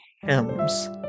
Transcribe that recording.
hymns